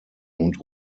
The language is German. und